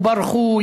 ברחו,